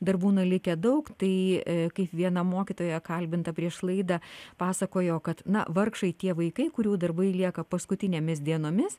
dar būna likę daug tai kaip viena mokytoja kalbinta prieš laidą pasakojo kad na vargšai tie vaikai kurių darbai lieka paskutinėmis dienomis